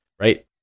right